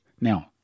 Now